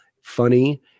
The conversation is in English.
funny